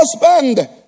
husband